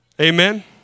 Amen